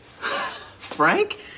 Frank